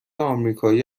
آمریکایی